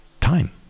time